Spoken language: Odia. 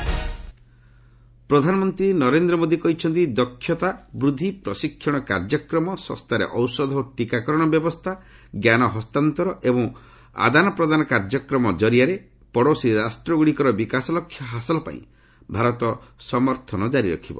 ପିଏମ୍ ପାର୍ଟନର୍ସ ଫୋରମ ପ୍ରଧାନମନ୍ତ୍ରୀ ନରେନ୍ଦ୍ର ମୋଦି କହିଛନ୍ତି ଦକ୍ଷତା ବୃଦ୍ଧି ପ୍ରଶିକ୍ଷଣ କାର୍ଯ୍ୟକ୍ରମ ଶସ୍ତାରେ ଔଷଧ ଓ ଟୀକାକରଣ ବ୍ୟବସ୍ଥା ଜ୍ଞାନ ହସ୍ତାନ୍ତର ଏବଂ ଆଦାନ ପ୍ରଦାନ କାର୍ଯ୍ୟକ୍ରମ ଜରିଆରେ ପଡ଼ୋଶୀ ରାଷ୍ଟ୍ରଗୁଡ଼ିକର ବିକାଶ ଲକ୍ଷ୍ୟ ହାସଲ ପାଇଁ ଭାରତ ସମର୍ଥନ କାରି ରଖିବ